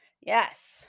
Yes